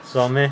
爽 meh